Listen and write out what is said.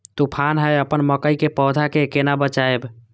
तुफान है अपन मकई के पौधा के केना बचायब?